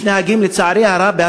לצערי הרב,